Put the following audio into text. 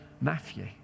Matthew